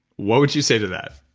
what would you say to that?